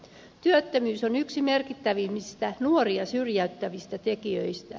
työttömyys on yksi merkittävimmistä nuoria syrjäyttävistä tekijöistä